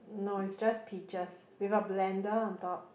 no is just picture we got blender on top